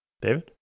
David